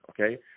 okay